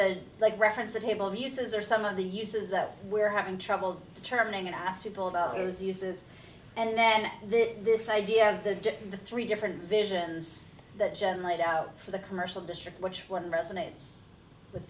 the like reference a table of uses or some of the uses that we're having trouble determining ask people about those uses and then this idea of the dip in the three different visions that jen laid out for the commercial district which one resonates with